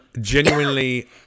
genuinely